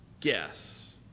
guess